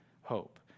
hope